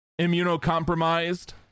immunocompromised